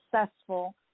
successful